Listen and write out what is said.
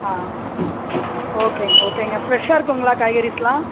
ஆ ஓகேங்க ஓகேங்க ஃபிரெஷ்ஷாக இருக்குங்களா காய்கறிஸ்லாம்